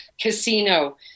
casino